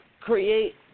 create